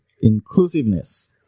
inclusiveness